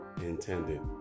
intended